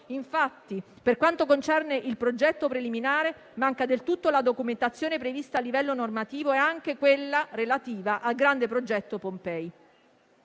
Infatti, per quanto concerne il progetto preliminare, manca del tutto la documentazione prevista a livello normativo e anche quella relativa al grande progetto Pompei.